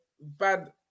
bad